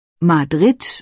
Madrid